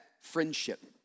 friendship